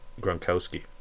Gronkowski